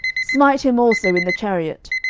smite him also in the chariot.